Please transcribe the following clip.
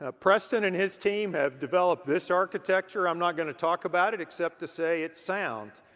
ah preston and his team have developed this architecture. i'm not gonna talk about it, except to say it's sound.